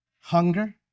hunger